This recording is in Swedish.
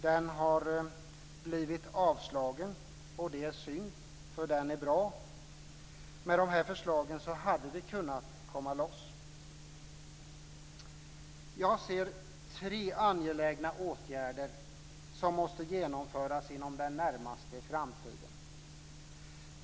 Den har blivit avslagen. Det är synd, för den är bra. Med våra förslag hade vi kunnat komma loss. Jag ser tre angelägna åtgärder som måste genomföras inom den närmaste framtiden.